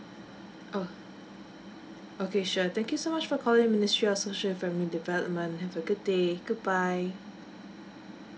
oh okay sure thank you so much for calling ministry of social and family development have a good day goodbye